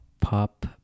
pop